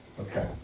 Okay